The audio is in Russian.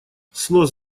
снос